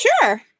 sure